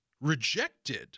rejected